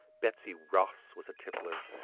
betsy ross was a tippler.